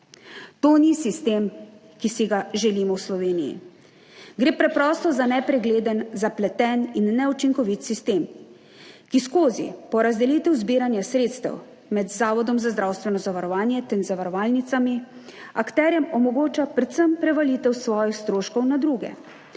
To ni sistem, ki si ga želimo v Sloveniji. Gre preprosto za nepregleden, zapleten in neučinkovit sistem, ki skozi porazdelitev zbiranja sredstev med Zavodom za zdravstveno zavarovanje ter zavarovalnicami akterjem omogoča predvsem prevalitev svojih stroškov na druge.